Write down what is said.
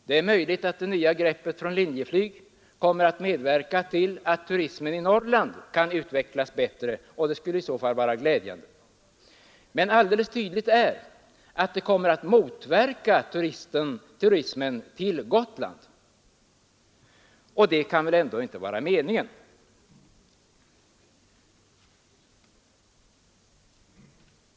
Det är möjligt att det nya greppet från Linjeflyg kommer att medverka till att turismen i Norrland kan utvecklas bättre, och det skulle i så fall vara glädjande. Men alldeles tydligt är att det kommer att motverka turismen till Gotland, och det kan väl ändå inte vara meningen.